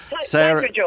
Sarah